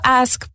ask